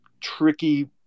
tricky